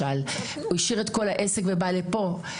הוא השאיר את כל העסק ובא לכאן.